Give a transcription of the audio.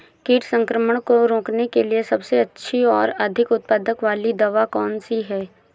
कीट संक्रमण को रोकने के लिए सबसे अच्छी और अधिक उत्पाद वाली दवा कौन सी है?